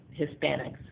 Hispanics